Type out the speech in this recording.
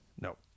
No